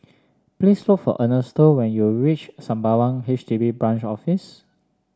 please look for Ernesto when you reach Sembawang H D B Branch Office